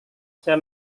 saya